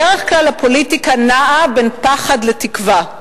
בדרך כלל הפוליטיקה נעה בין פחד לתקווה.